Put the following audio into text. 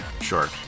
sure